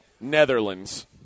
Netherlands